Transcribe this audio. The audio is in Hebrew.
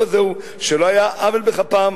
שלא היה עוול בכפם,